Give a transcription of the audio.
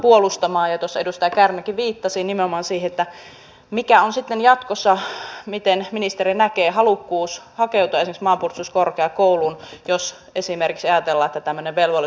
tuossa edustaja kärnäkin viittasi nimenomaan siihen mikä on sitten jatkossa miten ministeri näkee halukkuus hakeutua esimerkiksi maanpuolustuskorkeakouluun jos esimerkiksi ajatellaan että tämmöinen velvollisuus syntyy